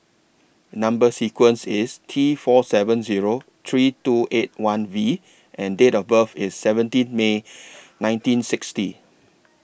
Number sequence IS T four seven Zero three two eight one V and Date of birth IS seventeen May nineteen sixty